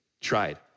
tried